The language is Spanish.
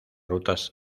rutas